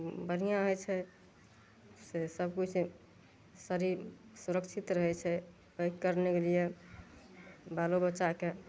बढ़िआँ होइ छै से सबकिछु शरीर सुरक्षित रहै छै करनेके लिए बालो बच्चाकेँ